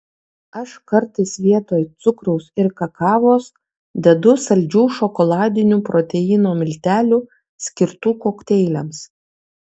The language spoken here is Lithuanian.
aš kartais vietoj cukraus ir kakavos dedu saldžių šokoladinių proteino miltelių skirtų kokteiliams